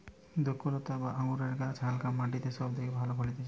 দ্রক্ষলতা বা আঙুরের গাছ হালকা মাটিতে সব থেকে ভালো ফলতিছে